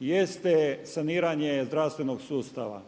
jeste saniranje zdravstvenog sustava.